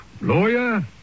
Lawyer